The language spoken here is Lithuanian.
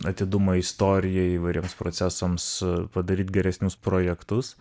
atidumą istorijai įvairiems procesams padaryt geresnius projektus